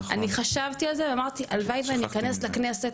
אני חשבתי על זה ואמרתי שהלוואי שאני אכנס לכנסת,